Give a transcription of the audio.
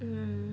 mm